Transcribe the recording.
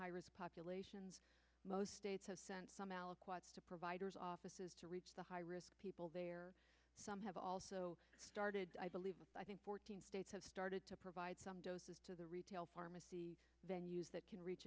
high risk populations most states have sent some aliquot to providers offices to reach the high risk people there have also started i believe i think fourteen states have started to provide some doses to the retail pharmacy then use that can reach